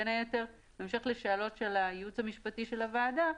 בין היתר בהמשך לשאלות של הייעוץ המשפטי של הוועדה,